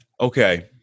Okay